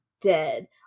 dead